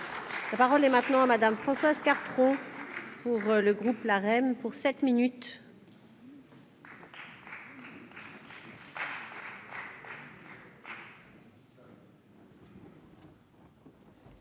La parole est maintenant à Madame Françoise Cartron, pour le groupe LaREM pour 7 minutes.